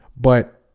but,